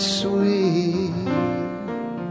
sweet